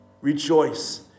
Rejoice